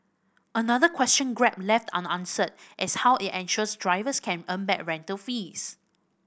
another question Grab left unanswered is how it ensures drivers can earn back rental fees